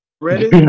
ready